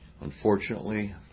Unfortunately